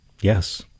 Yes